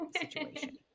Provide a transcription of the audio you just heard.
situation